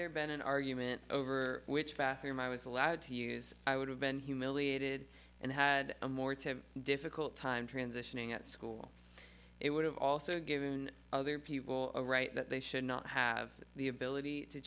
there been an argument over which bathroom i was allowed to use i would have been humiliated and had a more to difficult time transitioning at school it would have also given other people a right that they should not have the ability to